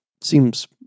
seems